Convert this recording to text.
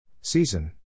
Season